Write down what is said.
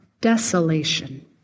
desolation